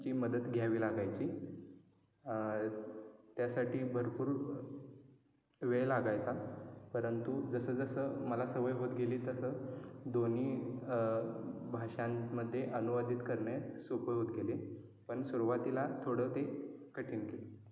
ची मदत घ्यावी लागायची त्यासाठी भरपूर वेळ लागायचा परंतु जसंजसं मला सवय होत गेली तसं दोन्ही भाषांमध्ये अनुवादित करणे सोपं होत गेले पण सुरुवातीला थोडं ते कठीण गेले